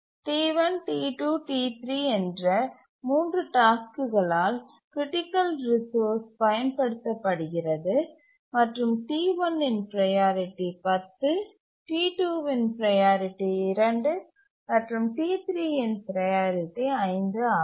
T1 T2 T3 என்ற மூன்று டாஸ்க்குகலால் கிரிட்டிக்கல் ரிசோர்ஸ் பயன்படுத்தப்படுகிறது மற்றும் T1இன் ப்ரையாரிட்டி 10 T2 இன் ப்ரையாரிட்டி 2 மற்றும் T3 இன் ப்ரையாரிட்டி 5 ஆகும்